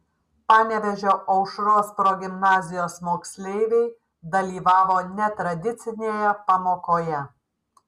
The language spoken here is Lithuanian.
panevėžio aušros progimnazijos moksleiviai dalyvavo netradicinėje pamokoje